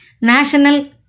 National